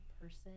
person